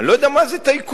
אני לא יודע מה זה טייקונים.